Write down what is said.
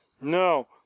No